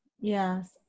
Yes